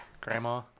Grandma